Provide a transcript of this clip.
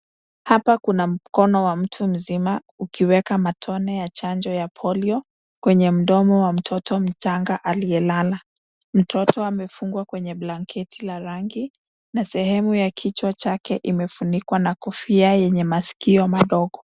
Hapa kuna mkono wa mtu mzima ukiweka matone ya chanjo ya polio kwenye mdomo wa mtoto mchanga aliyelala. Mtoto amefungwa kwenye blanketi la rangi na sehemu ya kichwa chake imefunikwa na kofia yenye masikio madogo.